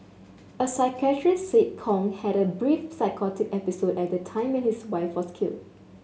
a psychiatrist said Kong had a brief psychotic episode at the time when his wife was killed